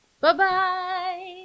Bye-bye